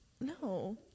No